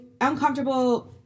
uncomfortable